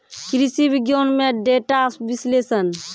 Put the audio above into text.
कृषि विज्ञान में डेटा विश्लेषण